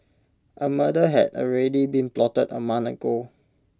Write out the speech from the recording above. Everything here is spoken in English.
A murder had already been plotted A month ago